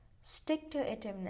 stick-to-itiveness